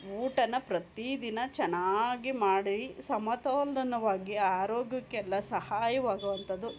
ಊಟನ ಪ್ರತಿ ದಿನ ಚೆನ್ನಾಗಿ ಮಾಡಿ ಸಮತೋಲನವಾಗಿ ಆರೋಗ್ಯಕ್ಕೆಲ್ಲ ಸಹಾಯವಾಗುವಂಥದು